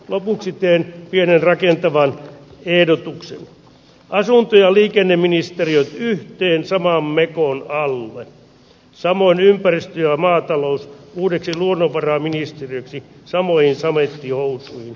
lopuksi teen pienen rakentavan ehdotuksen asunto ja liikenneministeriöt yhteensä maamme puolikkaalle samoin ympäristö maatalous uudeksi luonnonvaraministeriöksi samoihin samettihousuihin h